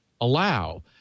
allow